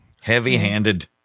Heavy-handed